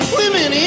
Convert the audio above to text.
women